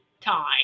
time